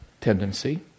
tendency